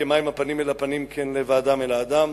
"כמים הפנים לפנים כן לב האדם לאדם".